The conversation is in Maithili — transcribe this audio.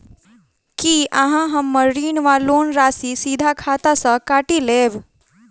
की अहाँ हम्मर ऋण वा लोन राशि सीधा खाता सँ काटि लेबऽ?